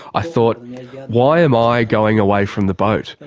i thought why am i going away from the boat,